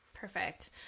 Perfect